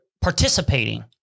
participating